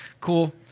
cool